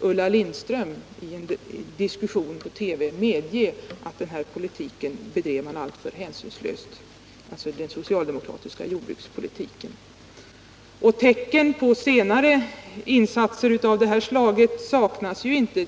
Ulla Lindström i en diskussion på TV medge att den socialdemokratiska jordbrukspolitiken bedrevs alltför hänsynslöst. Tecken på senare insatser av det här slaget saknas inte.